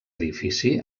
edifici